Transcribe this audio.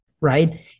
right